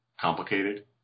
complicated